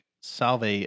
salve